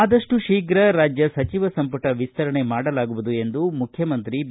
ಆದಪ್ಟು ಶೀಪ್ರ ರಾಜ್ಜ ಸಚಿವ ಸಂಪುಟ ವಿಸ್ತರಣೆ ಮಾಡಲಾಗುವುದು ಎಂದು ಮುಖ್ಯಮಂತ್ರಿ ಬಿ